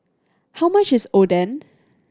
how much is Oden